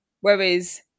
whereas